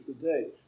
today